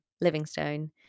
Livingstone